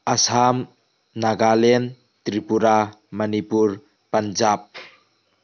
Assam Nagaland Tripura Manipur Punjab